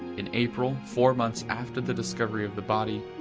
in april, four months after the discovery of the body,